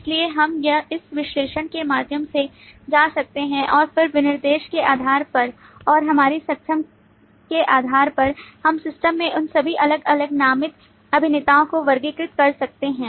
इसलिए हम इस विश्लेषण के माध्यम से जा सकते हैं और फिर विनिर्देश के आधार पर और हमारी समझ के आधार पर हम सिस्टम में इन सभी अलग अलग नामित अभिनेताओं को वर्गीकृत कर सकते हैं